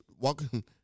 walking